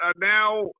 now